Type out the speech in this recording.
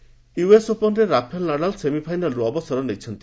US open US ଓପନରେ Rafael Nadal ସେମିଫାଇନାଲରୁ ଅବସର ନେଇଛନ୍ତି